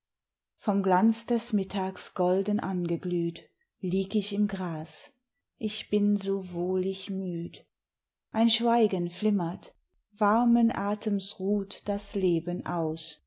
vom glanz des mittags golden angeglüht lieg ich im gras ich bin so wohlig müd ein schweigen flimmert warmen atems ruht das leben aus